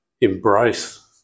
embrace